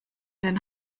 den